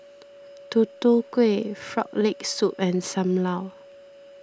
Tutu Kueh Frog Leg Soup and Sam Lau